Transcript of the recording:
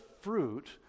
fruit